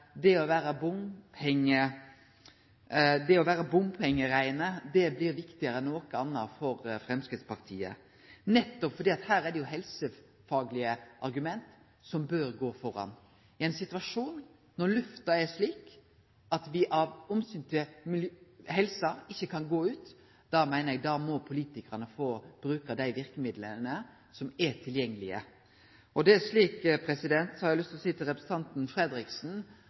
det å vere bompengerein blir viktigare enn noko anna for Framstegspartiet. Her er det helsefaglege argument som bør gå føre. I ein situasjon der lufta er slik at me av omsyn til helsa ikkje kan gå ut, meiner eg at politikarane må få bruke dei verkemidla som er tilgjengelege. Så har eg lyst til å seie til representanten Fredriksen